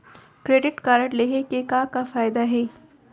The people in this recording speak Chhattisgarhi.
क्रेडिट कारड लेहे के का का फायदा हे?